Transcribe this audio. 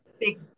big